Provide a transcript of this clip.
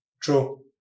True